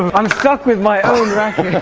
i'm stuck with my own racket!